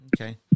Okay